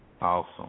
awesome